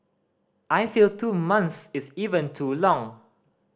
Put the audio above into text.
I feel two months is even too long